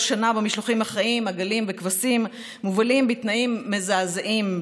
שנה במשלוחים החיים מובלים בתנאים מזעזעים,